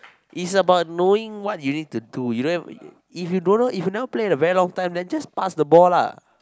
is about knowing what you need to do you don't have if you don't know if you never play in a very long time then just pass the ball lah